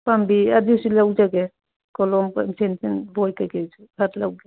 ꯄꯥꯝꯖꯩ ꯑꯗꯨꯁꯨ ꯂꯧꯖꯒꯦ ꯀꯣꯂꯣꯝ ꯄꯦꯟꯁꯤꯜ ꯕꯣꯏ ꯀꯔꯤ ꯀꯔꯥꯁꯨ ꯈ꯭ꯔꯥ ꯂꯧꯒꯦ